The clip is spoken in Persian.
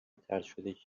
طردشدگی